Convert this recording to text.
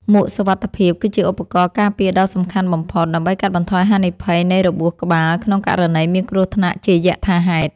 មួកសុវត្ថិភាព គឺជាឧបករណ៍ការពារដ៏សំខាន់បំផុត ដើម្បីកាត់បន្ថយហានិភ័យនៃរបួសក្បាលក្នុងករណីមានគ្រោះថ្នាក់ជាយថាហេតុ។